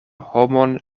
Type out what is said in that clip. homon